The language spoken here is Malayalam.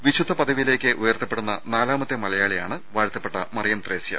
വിശുദ്ധ പദവിയിലേക്ക് ഉയർത്തപ്പെടുന്ന നാലാ മത്തെ മലയാളിയാണ് വാഴ്ത്തപ്പെട്ട മറിയം ത്രേസൃ